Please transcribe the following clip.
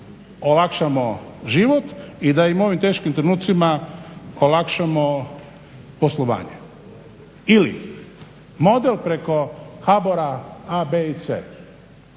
olakšamo život i da im u ovim teškim trenucima olakšamo poslovanje. Ili, model preko HBOR-a A, B i C.